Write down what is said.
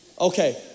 Okay